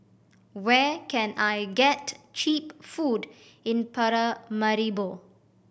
where can I get cheap food in Paramaribo